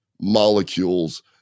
molecules